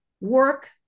work